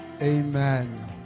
Amen